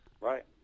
right